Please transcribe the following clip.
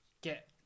get